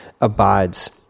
abides